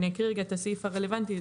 אני אקריא רגע את הסעיף הרלוונטי.